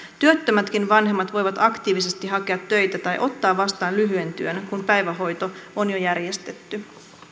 työttömätkin vanhemmat voivat aktiivisesti hakea töitä tai ottaa vastaan lyhyen työn kun päivähoito on jo järjestetty